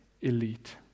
elite